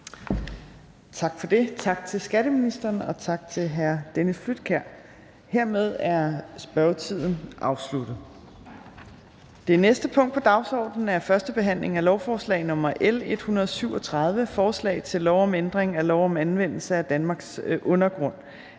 Torp): Tak til skatteministeren, og tak til hr. Dennis Flydtkjær. Hermed er spørgetiden afsluttet. --- Det næste punkt på dagsordenen er: 3) 1. behandling af lovforslag nr. L 137: Forslag til lov om ændring af lov om anvendelse af Danmarks undergrund.